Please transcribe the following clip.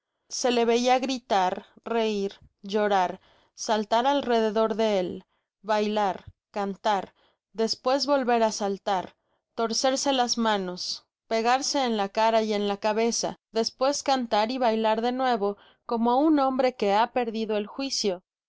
se le veia gritar reir llorar saltar alrededor de él bailar cantar despues volver á saltar torcerse las manos pegarse en la cara y en la cabeza despues cantar y bailar de nuevo como un hombre que ha perdido el juicio